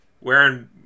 Wearing